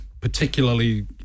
particularly